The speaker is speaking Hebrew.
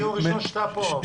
זה דיון ראשון שאתה פה.